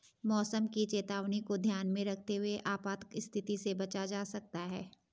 मौसम की चेतावनी को ध्यान में रखते हुए आपात स्थिति से बचा जा सकता है